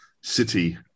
city